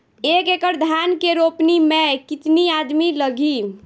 एक एकड़ धान के रोपनी मै कितनी आदमी लगीह?